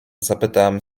zapytałem